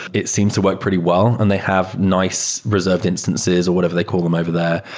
it seems to work pretty well and they have nice reserved instances or whatever they call them over there.